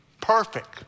Perfect